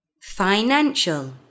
Financial